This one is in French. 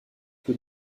que